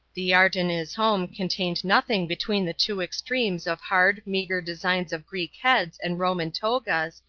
the art in his home contained nothing between the two extremes of hard, meagre designs of greek heads and roman togas,